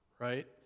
right